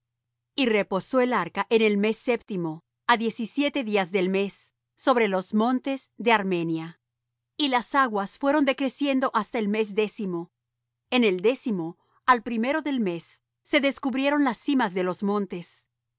y reposó el arca en el mes séptimo á dicisiete días del mes sobre los montes de armenia y las aguas fueron decreciendo hasta el mes décimo en el décimo al primero del mes se descubrieron las cimas de los montes y